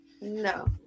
No